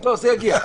לא, זה יגיע.